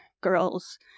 girls